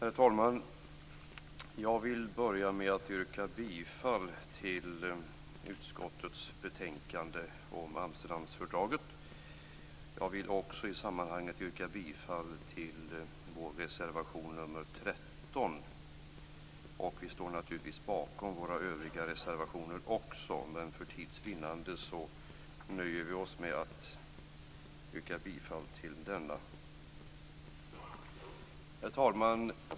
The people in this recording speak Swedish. Herr talman! Jag vill börja med att yrka bifall till utskottets hemställan i betänkandet om Amsterdamfördraget. Jag vill också i sammanhanget yrka bifall till vår reservation nr 13. Vi står naturligtvis bakom våra övriga reservationer också, men för tids vinnande nöjer vi oss med att yrka bifall till denna. Herr talman!